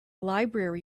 library